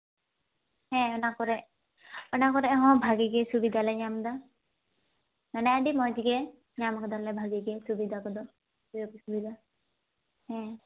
ᱦᱮᱸ ᱚᱱᱟ ᱠᱚᱨᱮ ᱚᱱᱟ ᱠᱚᱨᱮ ᱦᱚᱸ ᱵᱷᱟᱜᱮ ᱜᱮ ᱥᱩᱵᱤᱫᱟ ᱫᱚᱞᱮ ᱧᱟᱢᱫᱟ ᱢᱟᱱᱮ ᱟᱹᱰᱤ ᱢᱚᱡᱽ ᱜᱮ ᱧᱟᱢᱟᱠᱟᱫᱟᱞᱮ ᱵᱷᱟᱜᱮ ᱜᱮ ᱥᱩᱵᱤᱫᱟ ᱠᱚᱫᱚ ᱥᱩᱡᱳᱜᱽ ᱥᱩᱵᱤᱫᱟ ᱦᱮᱸ